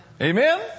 Amen